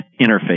interface